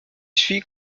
suit